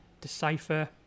decipher